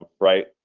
right